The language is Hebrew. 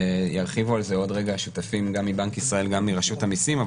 ירחיבו על זה עוד רגע השותפים גם מבנק ישראל גם מרשות המיסים.